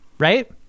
right